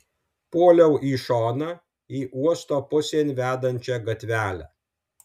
puoliau į šoną į uosto pusėn vedančią gatvelę